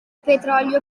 petrolio